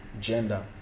gender